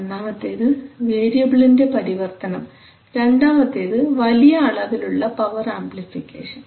ഒന്നാമത്തേത് വേരിയബിൾൻറെ പരിവർത്തനം രണ്ടാമത്തേത് വലിയ അളവിലുള്ള പവർ ആമ്പ്ലിഫികെഷൻ